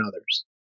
others